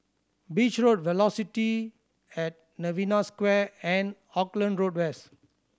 Beach Road Velocity at Novena Square and Auckland Road West